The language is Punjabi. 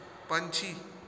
ਪੰਛੀ